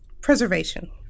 Preservation